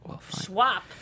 swap